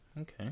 Okay